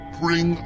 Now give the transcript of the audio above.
bring